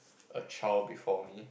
a child before me